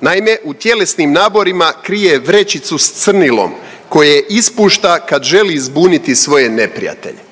Naime, u tjelesnim naborima krije vrećicu sa crnilom koje ispusta kad želi zbuniti svoje neprijatelje.